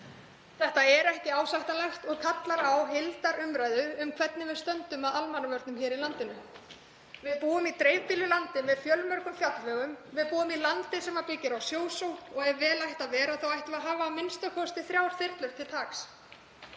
Þetta er ekki ásættanlegt og kallar á heildarumræðu um hvernig við stöndum að almannavörnum í landinu. Við búum í dreifbýlu landi með fjölmörgum fjallvegum. Við búum í landi sem byggir á sjósókn og ef vel ætti að vera ættum við að hafa a.m.k. þrjár þyrlur til taks.